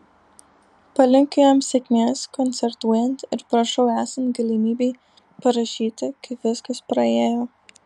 palinkiu jam sėkmės koncertuojant ir prašau esant galimybei parašyti kaip viskas praėjo